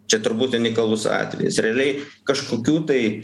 čia turbūt unikalus atvejis realiai kažkokių tai